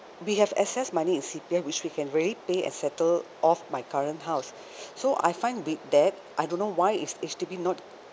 we have excess money in C_P_F which we can repay and settle off my current house so I find with that I don't know why is H_D_B not